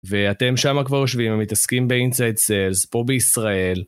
ואתם שם כבר יושבים ומתעסקים באינסייד סיילס, פה בישראל.